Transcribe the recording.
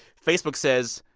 facebook says,